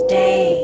day